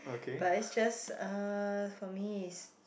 but it's just uh for me is